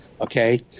Okay